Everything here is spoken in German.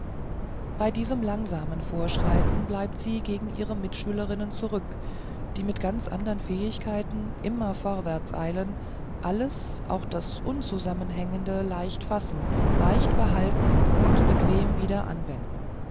bei diesem langsamen vorschreiten bleibt sie gegen ihre mitschülerinnen zurück die mit ganz andern fähigkeiten immer vorwärtseilen alles auch das unzusammenhängende leicht fassen leicht behalten und bequem wieder anwenden